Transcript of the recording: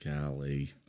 Golly